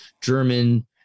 German